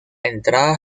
entrada